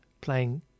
playing